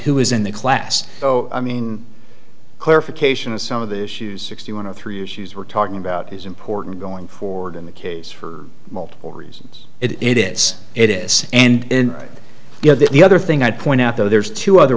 who is in the class so i mean clarification of some of the issues sixty one of three issues we're talking about is important going forward in the case for multiple reasons it is it is and you know the other thing i'd point out though there's two other